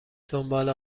دنبال